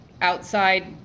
outside